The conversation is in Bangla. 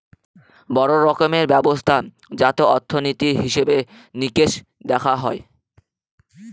বড়ো রকমের ব্যবস্থা যাতে অর্থনীতির হিসেবে নিকেশ দেখা হয়